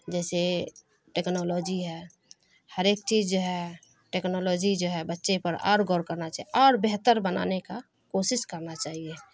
جیسے ٹیکنالوجی ہے ہر ایک چیز جو ہے ٹیکنالوجی جو ہے بچے پر اور غور کرنا چاہیے اور بہتر بنانے کا کوشش کرنا چاہیے